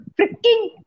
freaking